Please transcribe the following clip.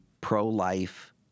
pro-life